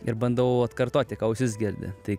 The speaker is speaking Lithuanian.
ir bandau atkartoti ką ausis girdi tai